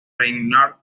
reinhardt